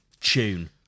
tune